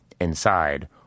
inside